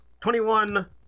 21